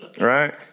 right